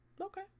Okay